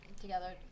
together